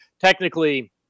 technically